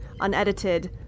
unedited